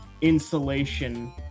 insulation